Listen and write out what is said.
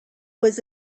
was